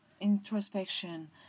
introspection